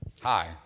Hi